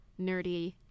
nerdy